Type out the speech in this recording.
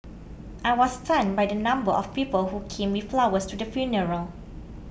I was stunned by the number of people who came with flowers to the funeral